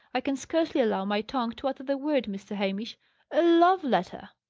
i can scarcely allow my tongue to utter the word, mr. hamish a love-letter!